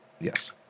Yes